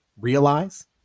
realize